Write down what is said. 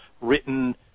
written